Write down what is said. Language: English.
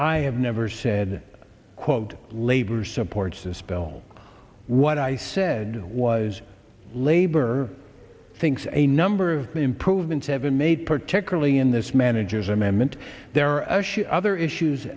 i have never said quote labor supports this bill what i said was labor thinks a number of improvements have been made particularly in this manager's amendment there are other issues